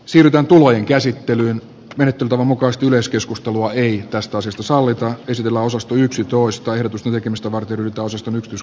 sirkan tulojen käsittelyn menettelytavan mukaiset yleiskeskustelua ei päästä se sallitaan kysellä osaston yksitoista ehdotusta tekemistä varten virtaus estynyt jos